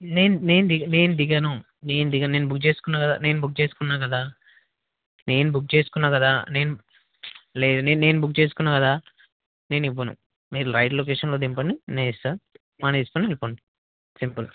నేను నేను ది నేను దిగను నేను దిగను నేను బుక్ చేసుకున్నా కదా నేను బుక్ చేసుకున్నా కదా నేను బుక్ చేసుకున్నా కదా నేను లేదు నేను నేను బుక్ చేసుకున్నా కదా నేను ఇవ్వను మీరు రైట్ లొకేషన్లో దింపండి నేను ఇస్తాను మని తీసుకుని వెళ్ళిపోండి సింపుల్